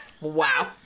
Wow